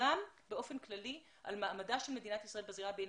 וגם באופן כללי על מעמדה של מדינת ישראל בזירה הבין-לאומית.